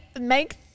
make